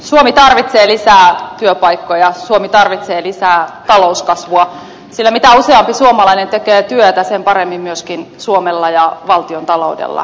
suomi tarvitsee lisää työpaikkoja suomi tarvitsee lisää talouskasvua sillä mitä useampi suomalainen tekee työtä sen paremmin myöskin suomella ja valtiontaloudella menee